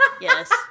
Yes